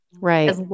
right